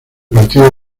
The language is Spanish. partido